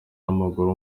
w’amaguru